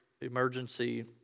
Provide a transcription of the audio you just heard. emergency